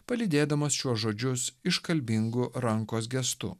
palydėdamas šiuos žodžius iškalbingu rankos gestu